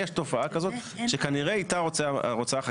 יש תופעה כזאת שכנראה איתה רוצה החקיקה